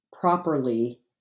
properly